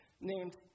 named